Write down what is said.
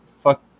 fuck